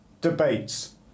debates